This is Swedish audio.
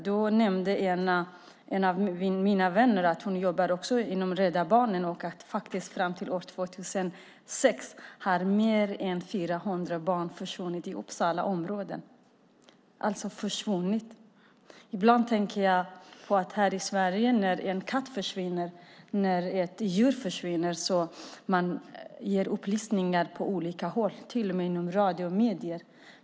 En av mina vänner, som också jobbar inom Rädda Barnen, nämnde att fram till 2006 har mer än 400 barn försvunnit i Uppsalaområdet. De har alltså försvunnit. Ibland tänker jag på att när en katt försvinner här i Sverige gör man efterlysningar på olika håll, till och med i radio och medier.